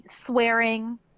swearing